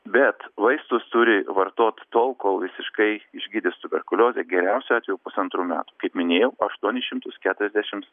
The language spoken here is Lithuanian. bet vaistus turi vartot tol kol visiškai išgydys tuberkuliozę geriausiu atveju pusantrų metų kaip minėjau aštuonis šimtus keturiasdešimts